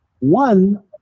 One